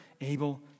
able